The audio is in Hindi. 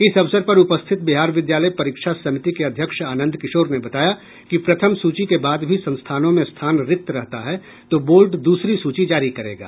इस अवसर पर उपस्थित बिहार विद्यालय परीक्षा समिति के अध्यक्ष आनंद किशोर ने बताया कि प्रथम सूची के बाद भी संस्थानों में स्थान रिक्त रहता है तो बोर्ड दूसरी सूची जारी करेगा